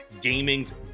gaming's